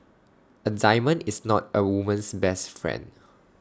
A diamond is not A woman's best friend